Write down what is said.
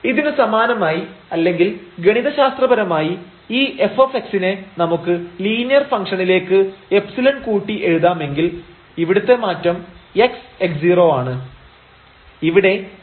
ഇതിനു സമാനമായി അല്ലെങ്കിൽ ഗണിതശാസ്ത്രപരമായി ഈ f നെ നമുക്ക് ലീനിയർ ഫംഗ്ഷണിലേക്ക് എപ്സിലൺ കൂട്ടി എഴുതാമെങ്കിൽ ഇവിടുത്തെ മാറ്റം x x 0 ആണ്